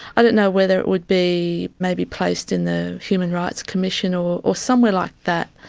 i don't know whether it would be maybe placed in the human rights commission or or somewhere like that,